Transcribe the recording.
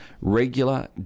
regular